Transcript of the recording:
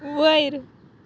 वयर